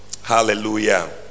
hallelujah